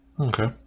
Okay